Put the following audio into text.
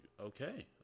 okay